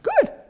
good